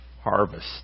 harvest